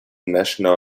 national